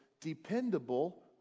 dependable